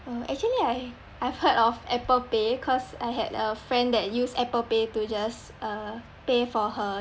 uh actually I I've heard of Apple Pay cause I had a friend that use Apple Pay to just uh pay for her